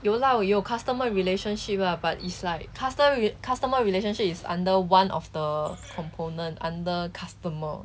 有啦有 customer relationship lah but is like custer~ customer relationship is under one of the component under customer